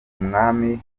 umwami